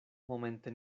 momente